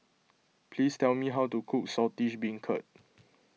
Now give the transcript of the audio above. please tell me how to cook Saltish Beancurd